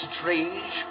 strange